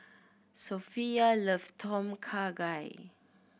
Sophia love Tom Kha Gai